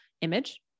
image